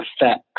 effects